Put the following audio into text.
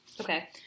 Okay